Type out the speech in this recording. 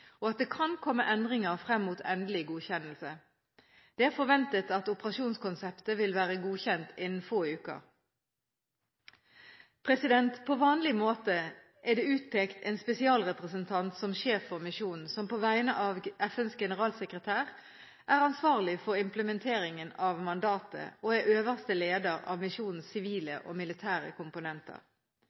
og at det kan komme endringer frem mot endelig godkjennelse. Det er forventet at operasjonskonseptet vil være godkjent innen få uker. På vanlig måte er det er utpekt en spesialrepresentant som sjef for misjonen, som på vegne av FNs generalsekretær er ansvarlig for implementeringen av mandatet, og er øverste leder av misjonens sivile og militære komponenter.